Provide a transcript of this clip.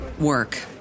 Work